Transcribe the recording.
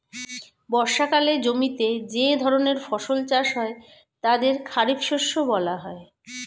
বর্ষাকালে জমিতে যে ধরনের ফসল চাষ হয় তাদের খারিফ শস্য বলা হয়